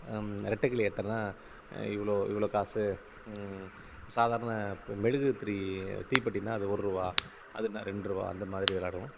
ரெட்டைக்கிளி அட்டைதான் இவ்வளோ இவ்வளோ காசு சாதாரண இப்போ மெழுகுத்திரி தீப்பெட்டின்னா அது ஒருபா அதுனால் ரெண்ட்ருபா அந்தமாதிரி விளாடுவோம்